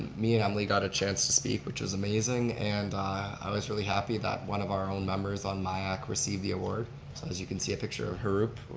me and emily got a chance to speak, which was amazing, and i was really happy that one of our members on myac received the award. so as you can see, a picture of hurup,